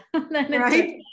Right